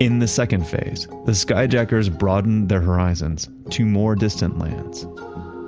in the second phase, the skyjackers broadened their horizons to more distant lands